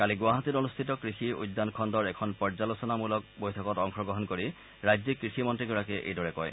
কালি গুৱাহাটীত অনুষ্ঠিত কৃষি উদ্যান খণ্ডৰ এখন পৰ্যালোচনামূলক বৈঠকত অংশগ্ৰহণ কৰি ৰাজ্যিক কৃষিমন্নীগৰাকীয়ে এইদৰে কয়